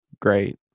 great